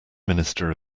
minister